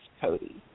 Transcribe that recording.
Cody